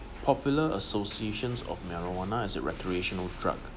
popular associations of marijuana as a recreational drug